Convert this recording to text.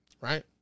right